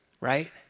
right